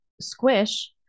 Squish